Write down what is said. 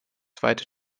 zweite